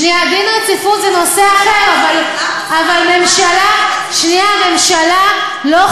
דין רציפות זה נושא אחר אבל ממשלה לא חייבת